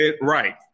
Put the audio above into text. Right